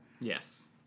Yes